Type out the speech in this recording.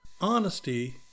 honesty